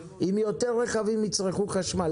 עידו, האם אתם בוחנים לבטל את ההחלטה הזאת?